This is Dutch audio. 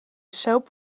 soap